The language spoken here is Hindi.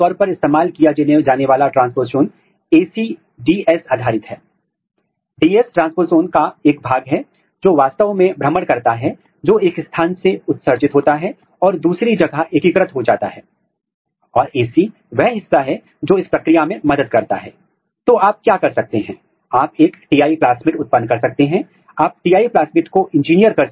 इसलिए यदि आप इसे एंडोडर्मिस में देखते हैं तो आपको कोई संकेत नहीं दिखता है लेकिन एंडोडर्मिस उत्तक के बाद जैसे कि पेरीसाईकिल जाइलम फ्लोएम प्रोकेंबियम के पास गतिविधि है इसी तरह आप यहां देख सकते हैं और आप यह तब देख सकते हैं जब यहां जड़ों में इन सीटू संकरण होता है